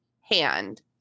hand